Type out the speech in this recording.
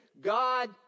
God